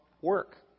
work